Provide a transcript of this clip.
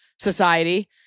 society